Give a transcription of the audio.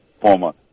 former